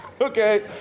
Okay